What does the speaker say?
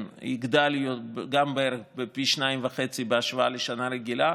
יגדל בערך פי 2.5 בהשוואה לשנה רגילה.